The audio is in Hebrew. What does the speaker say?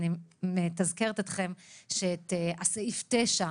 אני מזכירה לכם שאת סעיף 9,